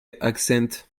accent